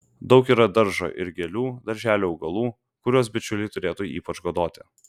daug yra daržo ir gėlių darželių augalų kuriuos bičiuliai turėtų ypač godoti